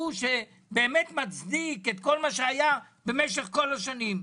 שבאמת מצדיק את כל מה שהיה במשך כל השנים,